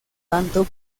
tanto